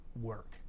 work